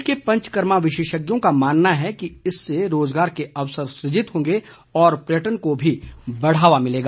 प्रदेश के पंचकर्मा विशेषज्ञों का मानना है कि इससे रोजगार के अवसर सृजित होंगे और पर्यटन को भी बढ़ावा मिलेगा